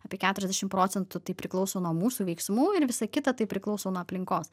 apie keturiasdešim procentų tai priklauso nuo mūsų veiksmų ir visa kita tai priklauso nuo aplinkos